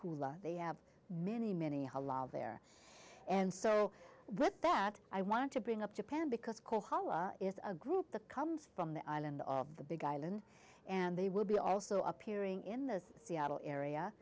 hula they have many many a lot there and so with that i want to bring up japan because it is a group the comes from the island of the big island and they will be also appearing in the seattle area